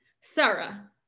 Sarah